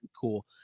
cool